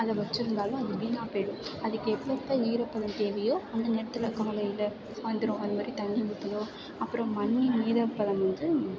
அதை வெச்சுருந்தாலும் அது வீணாக போய்டும் அதுக்கு எப்பப்போ ஈரப்பதம் தேவையோ அந்த நேரத்தில் காலையில் சாயந்திரம் அந்த மாதிரி தண்ணி ஊற்றணும் அப்புறம் மண்ணின் ஈரப்பதம் வந்து